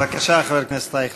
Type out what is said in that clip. בבקשה, חבר הכנסת אייכלר.